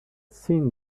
seen